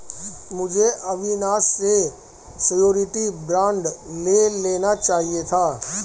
मुझे अविनाश से surety bond ले लेना चाहिए था